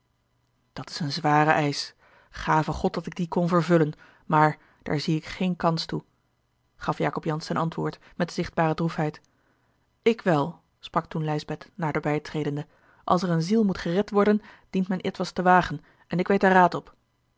noodig dat's een zware eisch gave god dat ik dien kon vervullen maar daar zie ik geene kans toe gaf jacob jansz ten antwoord met zichtbare droefheid ik wel sprak toen lijsbeth naderbij tredende als er eene ziel moet gered worden dient men ietwes te wagen en ik weet er raad op